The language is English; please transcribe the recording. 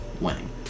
winning